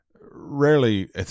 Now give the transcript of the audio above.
rarely